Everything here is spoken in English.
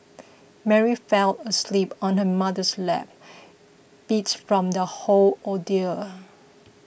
Mary fell asleep on her mother's lap beats from the whole ordeal